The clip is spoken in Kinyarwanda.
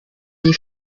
iyi